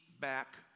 back